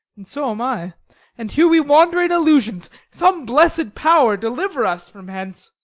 and so am i and here we wander in illusions. some blessed power deliver us from hence!